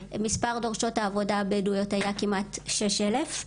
מספר דורשות העבודה הבדואיות היה כמעט שש אלף.